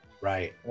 Right